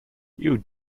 you